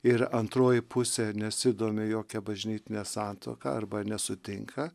ir antroji pusė nesidomi jokia bažnytine santuoka arba nesutinka